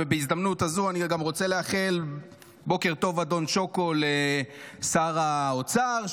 ובהזדמנות הזו אני גם רוצה לאחל בוקר טוב אדון שוקו לשר האוצר,